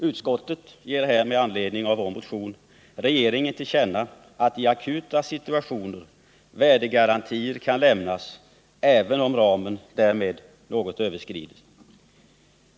Utskottet ger här med anledning av vår motion regeringen till känna att i akuta situationer värdegarantier kan lämnas, även om ramen därmed något överskrids.